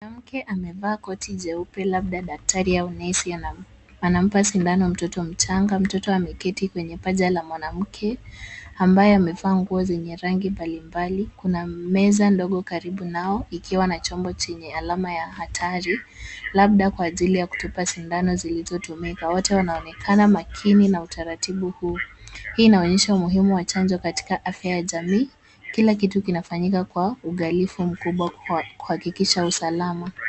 Mwanamke amevaa koti jeupe labda daktari au nesi anampa sindano mtoto mchanga. Mtoto ameketi kwenye paja la mwanamke ambaye amevaa nguo zenye rangi mbalimbali. Kuna meza ndogo karibu nao ikiwa na chombo chenye alama ya hatari labda kwa ajili ya kutupa sindano zilizotumika. Wote wanaonekana makini na utaratibu huu. Hii inaonyesha umuhimu wa chanjo katika afya ya jamii. Kila kitu kinafanyika kwa uangalifu mkubwa kuhakikisha usalama.